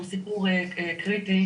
שהוא סיפור קריטי,